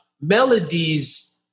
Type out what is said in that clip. Melodies